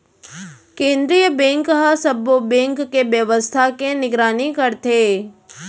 केंद्रीय बेंक ह सब्बो बेंक के बेवस्था के निगरानी करथे